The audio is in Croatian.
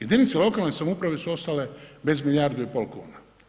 Jedinice lokalne samouprave su ostale bez milijardu i pol kuna.